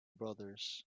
brothers